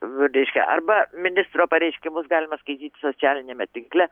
reiškia arba ministro pareiškimus galima skaityti socialiniame tinkle